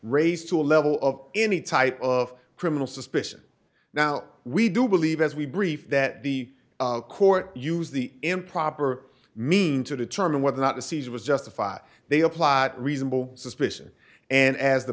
raise to a level of any type of criminal suspicion now we do believe as we brief that the court use the improper mean to determine whether or not the season was justified they were plot reasonable suspicion and as the